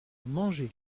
manger